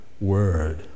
word